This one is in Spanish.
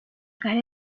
cara